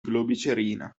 globicerina